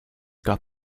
got